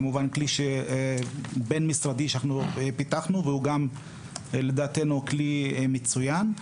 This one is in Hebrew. כמובן כלי בין-משרדי שפיתחנו ולדעתנו הוא כלי מצוין.